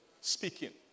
speaking